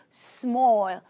small